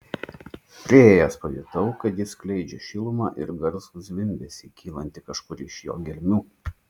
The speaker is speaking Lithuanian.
priėjęs pajutau kad jis skleidžia šilumą ir garsų zvimbesį kylantį kažkur iš jo gelmių